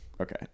okay